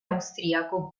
austriaco